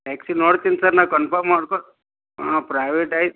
next ನೋಡ್ತೀನಿ sir ನಾನು confirm ಮಾಡ್ಕೊಂಡು ಹಾಂ ಪ್ರೈವೇಟ್ ಐತೆ